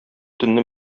төнне